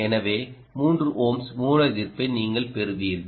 எனவே 3 ஓம்ஸ் மூல எதிர்ப்பை நீங்கள் பெறுவீர்கள்